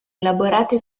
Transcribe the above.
elaborate